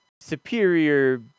superior